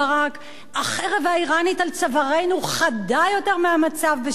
החרב האירנית על צווארנו חדה יותר מהמצב ב-1967.